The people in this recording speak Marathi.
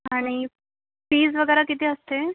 आणि फीज वगैरे किती असते